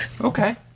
Okay